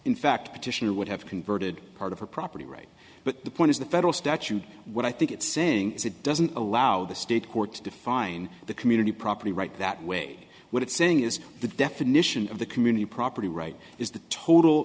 in fact petitioner would have converted part of her property right but the point is the federal statute what i think it's saying is it doesn't allow the state court to define the community property right that way what it's saying is the definition of the community property right is the total